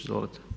Izvolite.